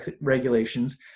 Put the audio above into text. regulations